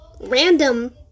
random